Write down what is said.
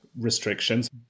restrictions